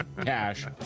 cash